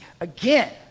again